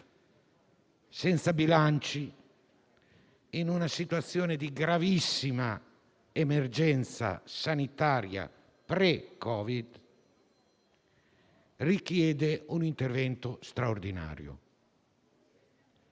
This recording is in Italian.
senza bilanci, in una situazione di gravissima emergenza sanitaria pre-Covid, richiede un intervento straordinario.